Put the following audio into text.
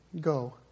Go